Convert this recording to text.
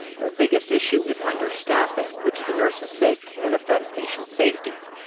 their biggest issue is understaffing, which the nurses say can affect patient safety.